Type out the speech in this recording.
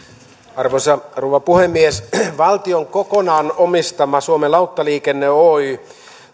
arvoisa rouva puhemies valtion kokonaan omistaman suomen lauttaliikenne oyn